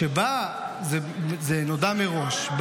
וזה נודע מראש,